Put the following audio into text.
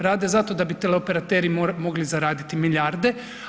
Rade zato da bi teleoperateri mogli zaraditi milijarde.